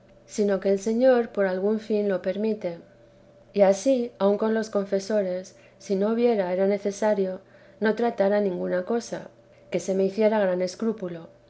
sino que el señor por algún fin lo permití ansí aun con los confesores si no viera era necesario no tratara ninguna cosa que se me hiciera gran escrúpulo